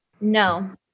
No